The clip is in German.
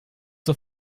zur